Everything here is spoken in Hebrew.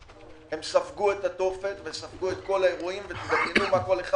הם ספגו את התופת וספגו את כל האירועים ודמיינו מה כל אחד